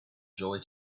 joy